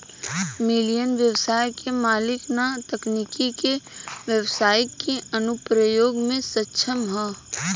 millennial ब्यबसाय के मालिक न्या तकनीक के ब्यबसाई के अनुप्रयोग में सक्षम ह